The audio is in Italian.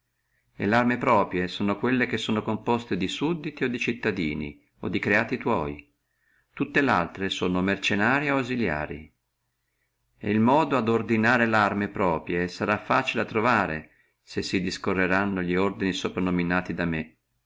larme proprie son quelle che sono composte o di sudditi o di cittadini o di creati tua tutte laltre sono o mercennarie o ausiliarie et il modo ad ordinare larme proprie sarà facile a trovare se si discorrerà li ordini de quattro sopra nominati da me